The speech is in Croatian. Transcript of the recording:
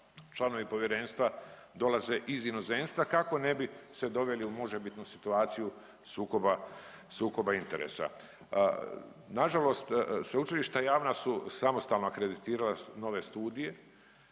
članovi povjerenstva dolaze iz inozemstva kako ne bi se doveli u možebitnu situaciju sukoba, sukoba interesa. Nažalost, sveučilišta javna su samostalno akreditirala nove studije,